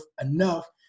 enough